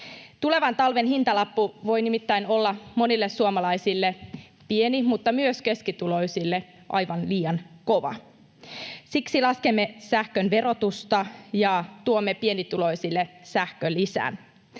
Tulevan talven hintalappu voi nimittäin olla monille suomalaisille pieni‑ mutta myös keskituloisille aivan liian kova. Siksi laskemme sähkön verotusta ja tuomme pienituloisille sähkölisän.